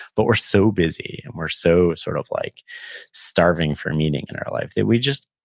but we're so busy and we're so sort of like starving for meaning in our life that we just,